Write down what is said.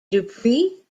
dupree